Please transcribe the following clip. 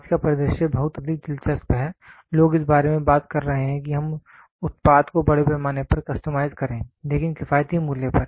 आज का परिदृश्य बहुत अधिक दिलचस्प है लोग इस बारे में बात कर रहे हैं कि हम उत्पाद को बड़े पैमाने पर कस्टमाइज करें लेकिन किफायती मूल्य पर